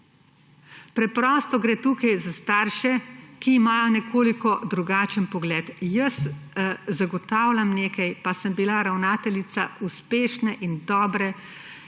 Preprosto gre tukaj za starše, ki imajo nekoliko drugačen pogled. Jaz zagotavljam nekaj, pa sem bila ravnateljica uspešne in dobre